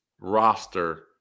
roster